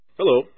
Hello